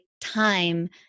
time